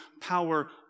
power